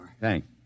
Thanks